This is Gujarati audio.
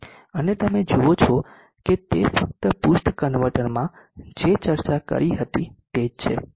અને તમે જુઓ છો કે તે ફક્ત બૂસ્ટ કન્વર્ટરમાં જે ચર્ચા કરી હતી તે જ છે